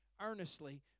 earnestly